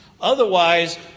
Otherwise